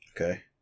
Okay